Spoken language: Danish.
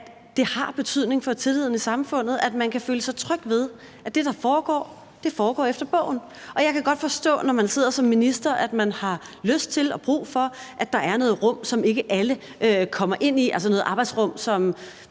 det har betydning for tilliden i samfundet, at man kan føle sig tryg ved, at det, der foregår, foregår efter bogen. Og jeg kan godt forstå, når man sidder som minister, at man har lyst til og brug for, at der er noget rum, som ikke alle kommer ind i, altså noget arbejdsrum, hvor